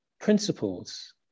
principles